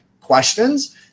questions